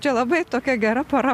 čia labai tokia gera pora